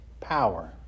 power